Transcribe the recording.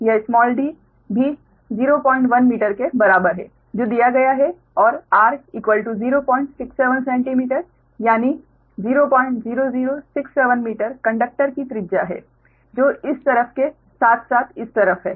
यह d भी 01 metre के बराबर है जो दिया गया है और r 067 सेंटीमीटर यानी 00067 मीटर कंडक्टर की त्रिज्या है जो इस तरफ के साथ साथ इस तरफ है